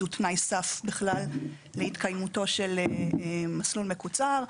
התבקשנו לסקור הטמעה ויישום של הרפורמה ברישוי עסקים.